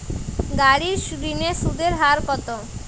গাড়ির ঋণের সুদের হার কতো?